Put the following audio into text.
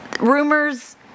rumors